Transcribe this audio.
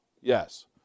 Yes